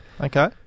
okay